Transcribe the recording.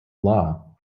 law